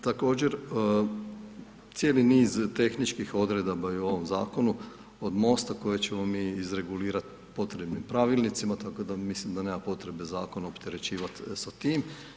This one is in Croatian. Također cijeli niz tehničkih odredaba je u ovom zakonu od MOST-a koje ćemo mi izregulirati potrebnim pravilnicima tako da mislim da nema potrebe zakon opterećivati sa tim.